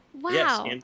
Wow